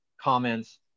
comments